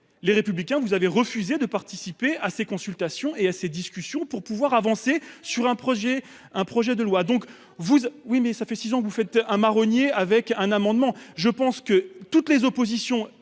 les républicains, vous avez refusé de participer à ces consultations et à ces discussions pour pouvoir avancer sur un projet, un projet de loi donc vous oui mais ça fait six ans vous faites un marronnier avec un amendement, je pense que toutes les oppositions